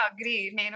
agree